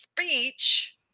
speech